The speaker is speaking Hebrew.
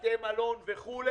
בתי מלון וכו',